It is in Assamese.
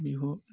বিহু